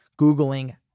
Googling